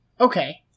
okay